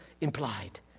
implied